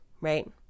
right